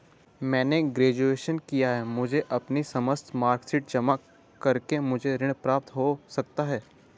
मैंने ग्रेजुएशन किया है मुझे अपनी समस्त मार्कशीट जमा करके मुझे ऋण प्राप्त हो सकता है?